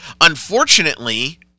unfortunately